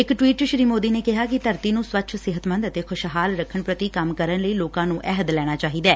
ਇਕ ਟਵੀਟ ਚ ਸ੍ਰੀ ਮੋਦੀ ਨੇ ਕਿਹਾ ਕਿ ਧਰਤੀ ਨੂੰ ਸਵੱਛ ਸਿਹਤਮੰਦ ਅਤੇ ਖੁਸ਼ਹਾਲ ਰੱਖਣ ਪ੍ਰਤੀ ਕੰਮ ਕਰਨ ਲਈ ਲੋਕਾ ਨੂੰ ਅਹਿਦ ਲੈਣਾ ਚਾਹੀਦੈ